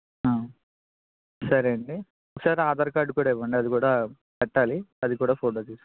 సరే అండి ఒకసారి ఆధార్ కార్డు కూడా ఇవ్వండి అది కూడా పెట్టాలి అది కూడా ఫోటో తీసుకోవాలి